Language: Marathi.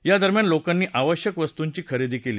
या दरम्यान लोकांनी आवश्यक वस्तूंची खरेदी केली